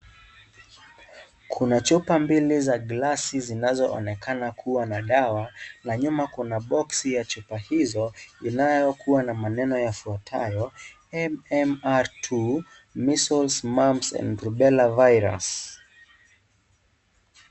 Kuna chupa mbili za glasi zinazoonekana kuwa na dawa na nyuma kuna boksi ya chupa hizo inayokuwa na maneno yafuatayo;(cs)MMR2,measles, mumps and lubera virus(CS).